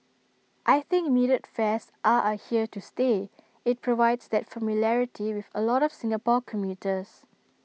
I think metered fares are are here to stay IT provides that familiarity with A lot of Singapore commuters